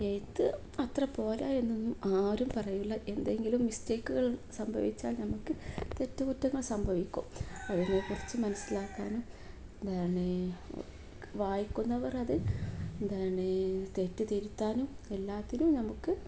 ഇത് അത്ര പോര എന്നൊന്നും ആരും പറയില്ല എന്തെങ്കിലും മിസ്റ്റേക്കുകൾ സംഭവിച്ചാൽ നമുക്ക് തെറ്റുകുറ്റങ്ങൾ സംഭവിക്കും അതിനെക്കുറിച്ച് മനസ്സിലാക്കാനും എന്താണ് വായിക്കുന്നവരത് എന്താണ് തെറ്റു തിരുത്താനും എല്ലാറ്റിനും നമുക്ക്